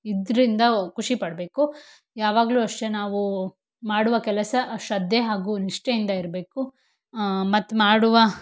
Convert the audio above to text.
ಇದರಿಂದ ಖುಷಿ ಪಡಬೇಕು ಯಾವಾಗಲೂ ಅಷ್ಟೆ ನಾವು ಮಾಡುವ ಕೆಲಸ ಶ್ರದ್ಧೆ ಹಾಗೂ ನಿಷ್ಠೆಯಿಂದ ಇರಬೇಕು ಮತ್ತು ಮಾಡುವ